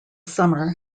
summer